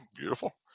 Beautiful